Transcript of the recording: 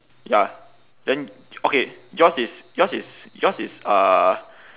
ya then okay yours is yours is yours is uh